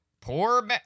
poor